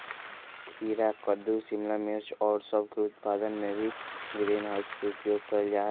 खीरा कद्दू शिमला मिर्च और सब के उत्पादन में भी ग्रीन हाउस के उपयोग कइल जाहई